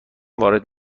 وارد